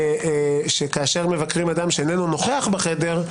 שכאשר מבקרים אדם שאינו נוכח בחדר,